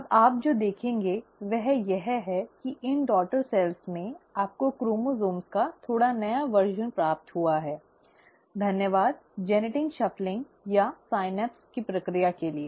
अब आप जो देखेंगे वह यह है कि इन डॉटर सेल्स में आपको क्रोमोसोम्स का थोड़ा नया संस्करण प्राप्त हुआ है धन्यवाद आनुवंशिक फेरबदल या सिनैप्स की प्रक्रिया के लिए